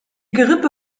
gerippe